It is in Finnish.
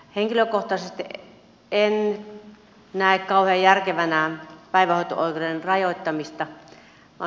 henkilökohtaisesti en näe kauhean järkevänä päivähoito oikeuden rajoittamista